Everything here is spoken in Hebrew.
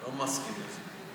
אני לא מסכים לזה.